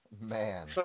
Man